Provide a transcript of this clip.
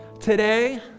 Today